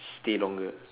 stay longer